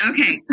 Okay